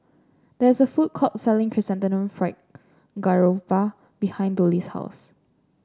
there is a food court selling Chrysanthemum Fried Garoupa behind Dollie's house